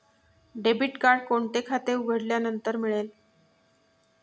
Debit card कोणते खाते उघडल्यानंतर मिळते?